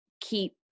keep